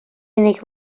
unig